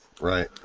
Right